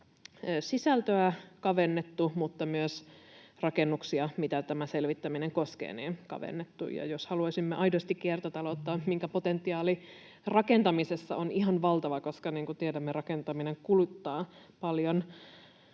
että myös kavennettu niitä rakennuksia, mitä tämä selvittäminen koskee. Jos haluaisimme aidosti kiertotaloutta, minkä potentiaali rakentamisessa on ihan valtava — koska, niin kuin tiedämme, rakentaminen kuluttaa paljon